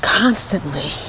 constantly